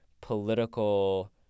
political